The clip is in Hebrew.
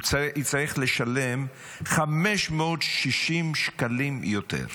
הוא יצטרך לשלם 560 שקלים יותר.